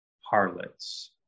harlots